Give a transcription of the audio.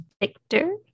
Victor